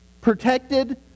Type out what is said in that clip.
protected